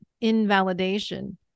invalidation